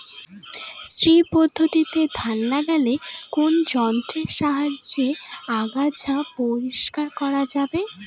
শ্রী পদ্ধতিতে ধান লাগালে কোন যন্ত্রের সাহায্যে আগাছা পরিষ্কার করা যাবে?